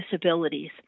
disabilities